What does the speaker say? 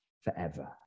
forever